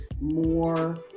more